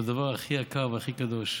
הדבר הכי יקר והכי קדוש.